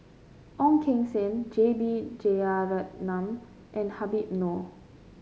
Ong Keng Sen J B Jeyaretnam and Habib Noh